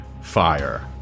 fire